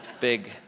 big